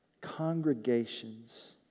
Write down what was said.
congregations